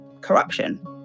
corruption